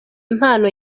impano